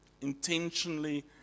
intentionally